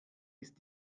ist